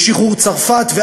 בשחרור צרפת,